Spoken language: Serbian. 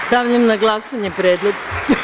Stavljam na glasanje ovaj predlog.